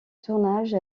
tournage